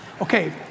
Okay